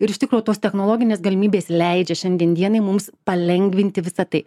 ir iš tikro tos technologinės galimybės leidžia šiandien dienai mums palengvinti visą tai